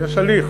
יש הליך,